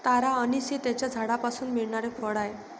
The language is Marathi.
तारा अंनिस हे त्याच्या झाडापासून मिळणारे फळ आहे